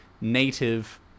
native